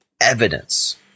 evidence